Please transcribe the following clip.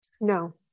No